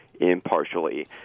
impartially